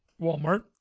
Walmart